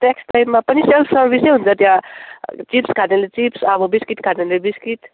snacks टाइममा पनि self सर्भिसै हुन्छ त्यहाँ चिप्स खानेले चिप्स अब बिस्किट खानेले बिस्किट